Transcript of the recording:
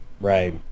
Right